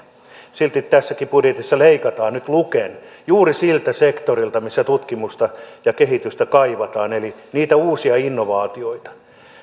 silti tässäkin budjetissa leikataan nyt luken juuri siltä sektorilta missä tutkimusta ja kehitystä kaivataan eli niitä uusia innovaatioita